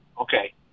Okay